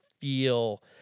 feel